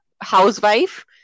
housewife